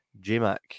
J-Mac